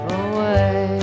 away